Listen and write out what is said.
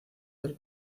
del